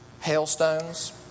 Hailstones